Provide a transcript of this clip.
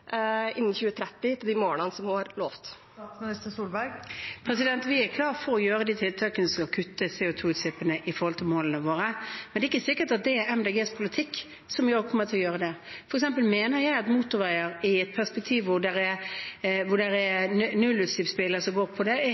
Vi er klare for å gjøre de tiltakene som vil kutte CO 2 -utslippene i forhold til målene våre. Men det er ikke sikkert at det er MDGs politikk som kommer til å gjøre det. For eksempel mener jeg at motorveier, i et perspektiv hvor det er nullutslippsbiler som kjører på dem, er helt fint. Det binder sammen arbeidsmarkedsregioner, det